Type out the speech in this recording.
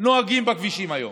נוהגים בכבישים היום,